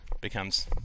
becomes